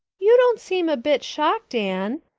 you don't seem a bit shocked, anne.